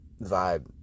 vibe